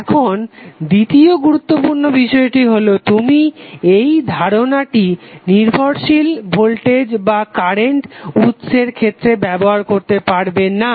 এখন দ্বিতীয় গুরুত্বপূর্ণ বিষয়টি হলো তুমি এই ধারনাটি নির্ভরশীল ভোল্টেজ বা কারেন্ট উৎসর ক্ষেত্রে ব্যবহার করতে পারেব না